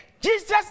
Jesus